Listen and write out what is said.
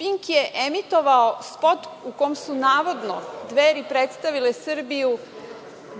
„Pink“ je emitovao spot u kom su navodno Dveri predstavile Srbiju